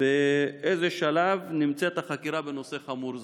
באיזה שלב נמצאת החקירה בנושא חמור זה?